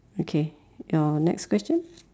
okay your next question